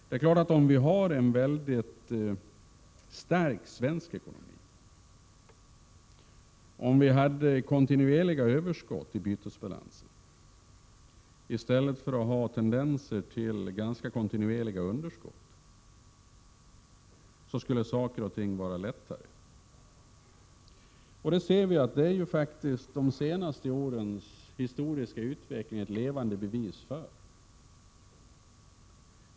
Det är klart att om vi hade en mycket stark svensk ekonomi och ständiga överskott i bytesbalansen i stället för tendenser till ganska kontinuerliga underskott, så skulle saker och ting vara lättare. Vi ser att de senaste årens historiska utveckling är ett levande bevis för detta.